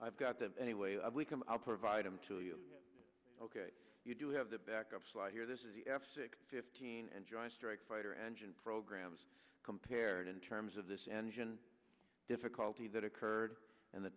i've got them anyway i we can i'll provide them to you ok you do have the backup slide here this is the f six fifteen and joint strike fighter engine programs compared in terms of this engine difficulty that occurred and the